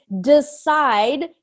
decide